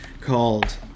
called